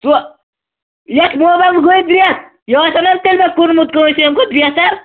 سُہ یَتھ موبایلس گوٚو ییٚتہِ رٮ۪تھ یہِ آسہِ ہے نا تیٚلہِ مےٚ کٕنمُت کٲنٛسہِ امہِ کھۅتہٕ بہتر